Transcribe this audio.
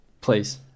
Please